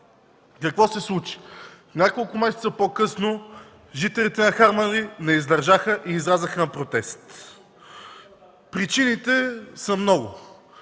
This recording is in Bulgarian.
Какво се случи? Няколко месеца по-късно жителите на Харманли не издържаха и излязоха на протест. Причините са много.